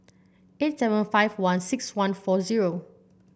eight seven five one six one four zero